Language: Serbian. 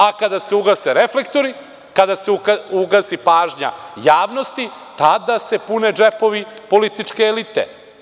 A kada se ugase reflektori, kada se ugasi pažnja javnosti, tada se pune džepovi političke elite.